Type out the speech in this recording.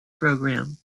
program